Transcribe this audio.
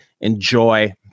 enjoy